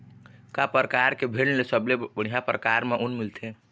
का परकार के भेड़ ले सबले बढ़िया परकार म ऊन मिलथे?